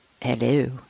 Hello